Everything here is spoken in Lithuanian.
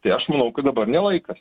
tai aš manau kad dabar ne laikas